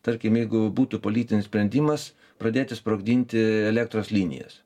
tarkim jeigu būtų politinis sprendimas pradėti sprogdinti elektros linijas